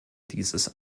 dieses